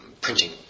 printing